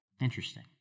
Interesting